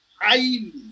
highly